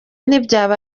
ntibyaba